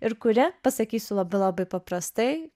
ir kuria pasakysiu labai labai paprastai